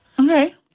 Okay